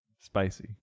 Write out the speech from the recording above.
spicy